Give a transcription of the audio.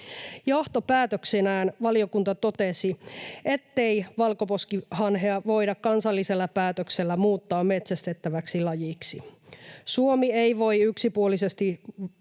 Johtopäätöksenään valiokunta totesi, ettei valkoposkihanhea voida kansallisella päätöksellä muuttaa metsästettäväksi lajiksi. Suomi ei valitettavasti